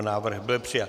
Návrh byl přijat.